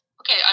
Okay